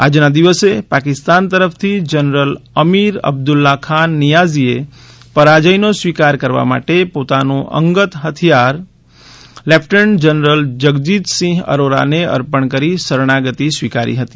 આજ ના દિવસે પાકિસ્તાન તરફ થી જનરલ અમીર અબ્દલ્લા ખાન નીયાઝીએ પરાજય નો સ્વીકાર કરવા માટે પોતાનું અંગત હથિથાર લેફ્ટેનન્ટ જનરલ જગજીતસિંઘ અરોરાને અર્પણ કરી શરણાગતિ સ્વીકારી હતી